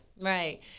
right